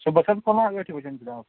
صُبحس حظ کھولان ٲٹھِ بج جناب